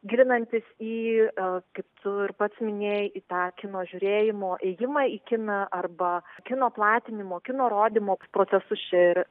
gilinantis į kaip tu ir pats minėjai tą kino žiūrėjimo ėjimą į kiną arba kino platinimo kino rodymo procesus čia ir